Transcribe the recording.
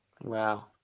Wow